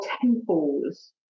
temples